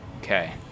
Okay